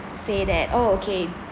say that oh okay